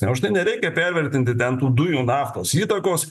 už tai nereikia pervertinti ten tų dujų naftos įtakos